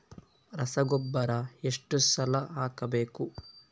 ರಸಗೊಬ್ಬರ ಎಷ್ಟು ಸಲ ಹಾಕಬೇಕು?